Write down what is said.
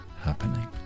happening